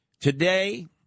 Today